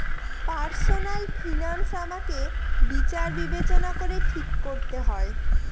personal finance আমাকে বিচার বিবেচনা করে ঠিক করতে হয়